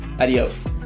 adios